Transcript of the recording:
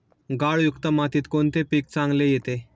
गाळयुक्त मातीत कोणते पीक चांगले येते?